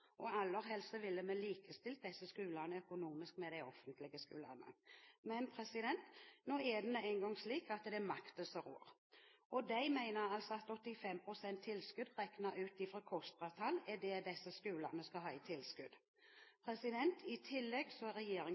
og aller helst ville vi likestilt disse skolene økonomisk med de offentlige skolene. Men nå er det en gang slik at det er makta som rår, og den mener at 85 pst. tilskudd regnet ut ifra KOSTRA-tall er det disse skolene skal ha i tilskudd. I tillegg